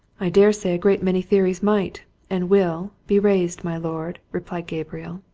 i daresay a great many theories might and will be raised, my lord, replied gabriel.